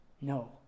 No